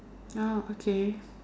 ah okay